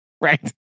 Right